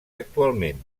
actualment